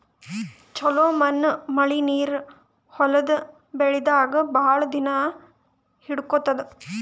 ಛಲೋ ಮಣ್ಣ್ ಮಳಿ ನೀರ್ ಹೊಲದ್ ಬೆಳಿದಾಗ್ ಭಾಳ್ ದಿನಾ ಹಿಡ್ಕೋತದ್